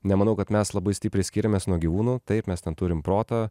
nemanau kad mes labai stipriai skiriamės nuo gyvūnų taip mes ten turim protą